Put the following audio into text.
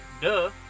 duh